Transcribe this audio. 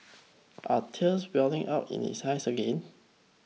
are tears welling up in his eyes again